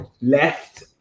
left